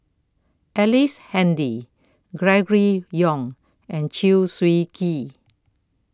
Ellice Handy Gregory Yong and Chew Swee Kee